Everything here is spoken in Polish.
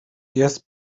jest